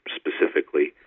specifically